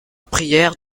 prière